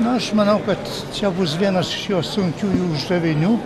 na aš manau kad čia bus vienas iš jo sunkiųjų uždavinių